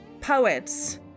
poets